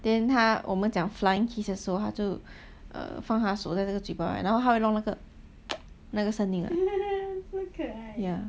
then 他我们讲 flying kiss 的时候他就 err 放他的手在那个嘴巴 then 他会弄那个那个 那个声音 ya